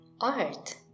art